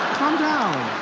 calm down,